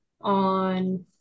on